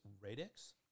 radix